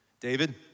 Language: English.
David